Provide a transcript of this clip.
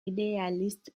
idéaliste